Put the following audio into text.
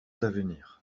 d’avenir